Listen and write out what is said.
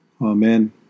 Amen